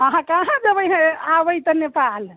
अहाँ कहाँ जयबै हे आबै तऽ नेपाल